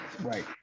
Right